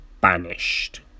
banished